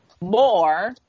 more